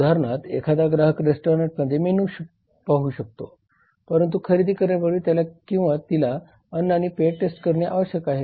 उदाहरणार्थ एखादा ग्राहक रेस्टॉरंटमध्ये मेनू पाहू शकतो परंतु खरेदी करण्यापूर्वी त्याला किंवा तिला अन्न आणि पेय टेस्ट करणे आवश्यक आहे